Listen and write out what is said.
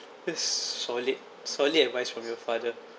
this solid solid advice from your father